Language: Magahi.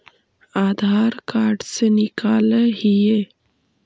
आधार कार्ड से निकाल हिऐ?